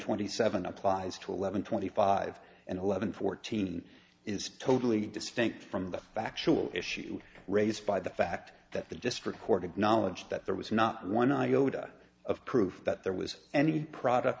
twenty seven applies to eleven twenty five and eleven fourteen is totally distinct from the factual issue raised by the fact that the district court acknowledged that there was not one iota of proof that there was any product